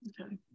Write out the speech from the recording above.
okay